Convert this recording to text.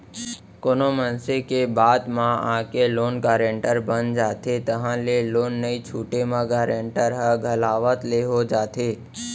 कोनो मनसे के बात म आके लोन गारेंटर बन जाथे ताहले लोन नइ छूटे म गारेंटर ह घलावत ले हो जाथे